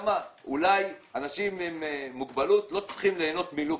אולי אנשים עם מוגבלות לא צריכים ליהנות מלוקסוס,